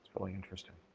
really interesting.